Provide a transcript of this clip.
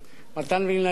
מתן וילנאי,